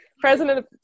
president